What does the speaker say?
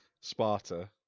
Sparta